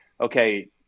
okay